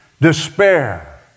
despair